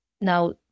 now